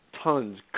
tons